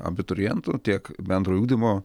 abiturientų tiek bendrojo ugdymo